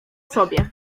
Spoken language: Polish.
sobie